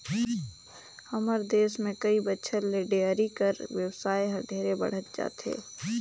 हमर देस में कई बच्छर ले डेयरी कर बेवसाय हर ढेरे बढ़हत जाथे